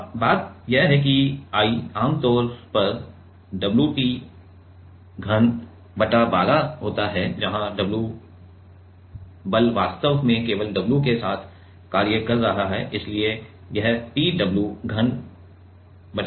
अब बात यह है कि I आमतौर पर wt घन बटा 12 होता है लेकिन यहां w बल वास्तव में केवल w के साथ कार्य कर रहा है इसलिए यह tw घन 12 है